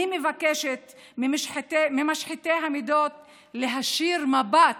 אני מבקשת ממשחיתי המידות להישיר מבט